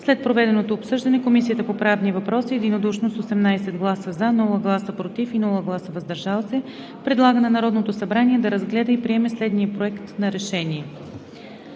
След проведеното обсъждане Комисията по правни въпроси единодушно с 18 гласа „за“, без „против“ и „въздържал се“ предлага на Народното събрание да разгледа и приеме следния: „Проект! РЕШЕНИЕ